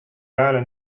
island